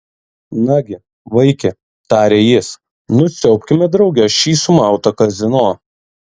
nagi vaiki tarė jis nusiaubkime drauge šį sumautą kazino